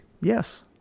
Yes